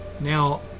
Now